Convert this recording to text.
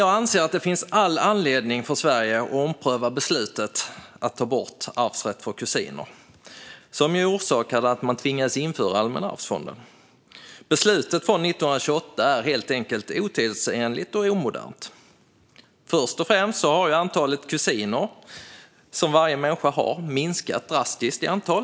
Jag anser att det finns all anledning för Sverige att ompröva beslutet att ta bort arvsrätt för kusiner, som ju var orsaken till att man tvingades införa Allmänna arvsfonden. Beslutet från 1928 är helt enkelt otidsenligt och omodernt. Först och främst har antalet kusiner som varje människa har minskat drastiskt i antal.